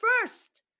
first